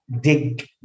dig